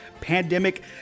pandemic